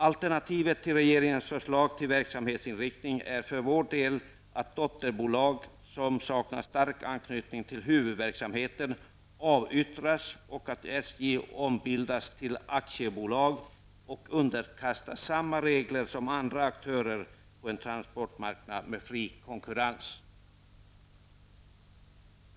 Alternativet till regeringens förslag till verksamhetsinriktning är som vi ser det att dotterbolag som saknar stark anknytning till huvudverksamheten avyttras och att SJ ombildas till aktiebolag och underkastas samma regler som andra aktörer på en transportmarknad med fri konkurrens.